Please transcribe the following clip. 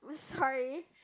sorry